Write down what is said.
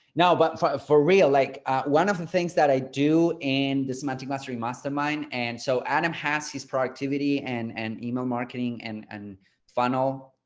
no but for for real, like one of the things that i do in the semantic mastery mastermind and so adam has his productivity and and email marketing and and funnel,